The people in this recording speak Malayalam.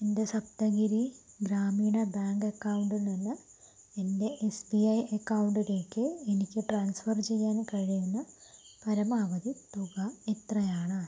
എൻ്റെ സപ്തഗിരി ഗ്രാമീണ ബാങ്ക് അക്കൗണ്ടിൽ നിന്ന് എൻ്റെ എസ് ബി ഐ അക്കൗണ്ടിലേക്ക് എനിക്ക് ട്രാൻസ്ഫർ ചെയ്യാൻ കഴിയുന്ന പരമാവധി തുക എത്രയാണ്